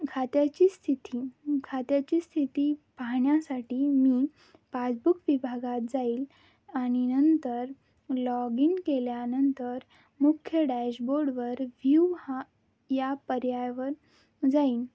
खात्याची स्थिती खात्याची स्थिती पाहण्यासाठी मी पासबुक विभागात जाईल आणि नंतर लॉग इन केल्यानंतर मुख्य डॅशबोर्डवर व्ह्यू हा या पर्यायवर जाईन